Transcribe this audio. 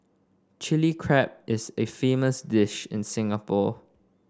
Chilli Crab is a famous dish in Singapore